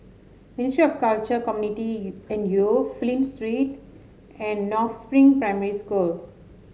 Ministry of Culture Community and Youth Flint Street and North Spring Primary School